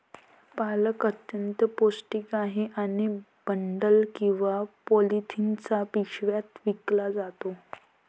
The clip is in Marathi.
पालक अत्यंत पौष्टिक आहे आणि बंडल किंवा पॉलिथिनच्या पिशव्यात विकला जातो